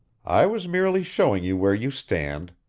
i was merely showing you where you stand.